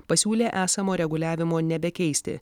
pasiūlė esamo reguliavimo nebekeisti